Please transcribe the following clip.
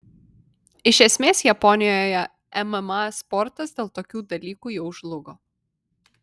iš esmės japonijoje mma sportas dėl tokių dalykų jau žlugo